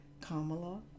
Kamala